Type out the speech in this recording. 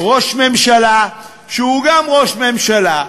ראש ממשלה שהוא גם ראש ממשלה,